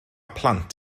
plant